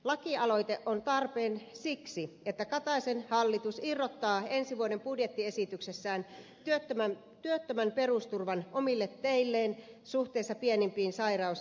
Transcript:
lakialoite on tarpeen siksi että kataisen hallitus irrottaa ensi vuoden budjettiesityksessään työttömän perusturvan omille teilleen suhteessa pienimpiin sairaus ja vanhempainpäivärahoihin